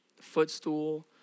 footstool